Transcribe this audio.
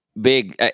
big